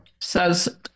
says